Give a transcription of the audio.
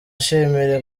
nshimira